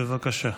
בבקשה.